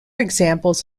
examples